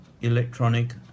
electronic